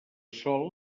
sol